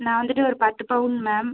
நான் வந்துவிட்டு ஒரு பத்து பவுன் மேம்